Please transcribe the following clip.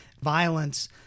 violence